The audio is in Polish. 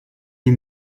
nie